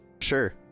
Sure